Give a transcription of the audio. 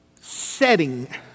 setting